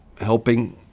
helping